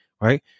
right